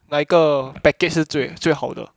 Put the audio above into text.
哪一个 package 是最最好的